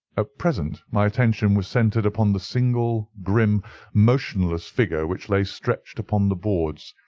at present my attention was centred upon the single grim motionless figure which lay stretched upon the boards,